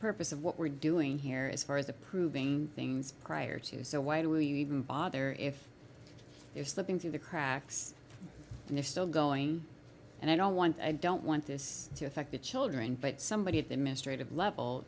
purpose of what we're doing here as far as approving things prior to so why do we bother if they're slipping through the cracks and they're still going and i don't want i don't want this to affect the children but somebody at the ministry of level